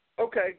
Okay